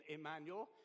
Emmanuel